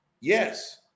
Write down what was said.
Yes